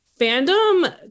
fandom